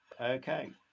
Okay